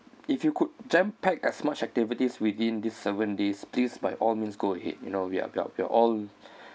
if you could jam pack as much activities within these seven days please by all means go ahead you know we are we are all